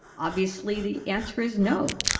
obviously the answer is no.